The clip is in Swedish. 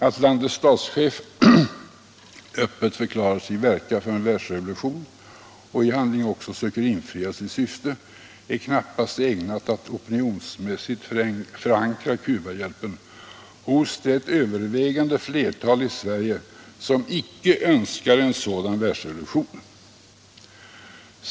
Att landets statschef öppet förklarar sig verka för en världsrevolution och i handling också söker infria sitt löfte är knappast ägnat att opinionsmässigt förankra Cubahjälpen hos det övervägande flertal i Sverige som icke önskar en sådan världsrevolution.